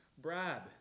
Brad